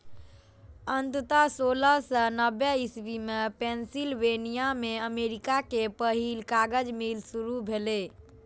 अंततः सोलह सय नब्बे इस्वी मे पेंसिलवेनिया मे अमेरिका के पहिल कागज मिल शुरू भेलै